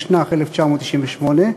התשנ"ח 1998,